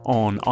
on